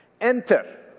Enter